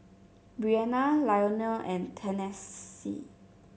Breana Lionel and Tennessee